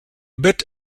bit